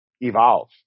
evolve